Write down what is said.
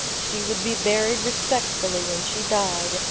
she would be buried respectably when she died,